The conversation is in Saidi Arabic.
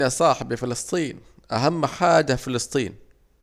يا صاحبي فلسطين، أهم حاجة فلسطين